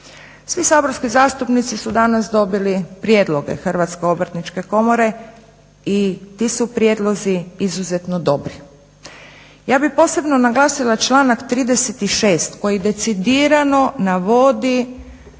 Svi saborski zastupnici su danas dobili prijedloge Hrvatske obrtničke komore i ti su prijedlozi izuzetno dobri. Ja bih posebno naglasila članak 36. koji decidirano navodi